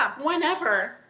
whenever